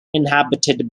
inhabited